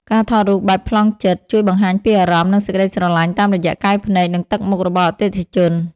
ការថតរូបបែបប្លង់ជិត ជួយបង្ហាញពីអារម្មណ៍ និងសេចក្ដីស្រឡាញ់តាមរយៈកែវភ្នែក និងទឹកមុខរបស់អតិថិជន។